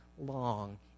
long